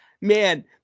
Man